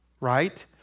right